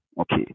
Okay